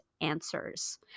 answers